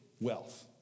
wealth